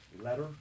letter